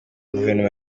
guverinoma